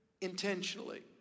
intentionally